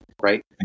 Right